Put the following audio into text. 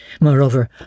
Moreover